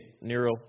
Nero